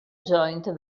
joint